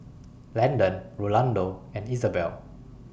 Landen Rolando and Isabell